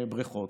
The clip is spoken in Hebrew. הבריכות.